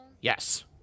Yes